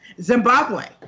Zimbabwe